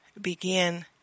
begin